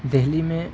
دہلی میں